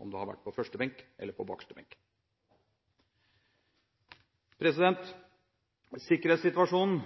om det har vært på første benk eller på bakerste benk. Sikkerhetssituasjonen